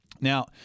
now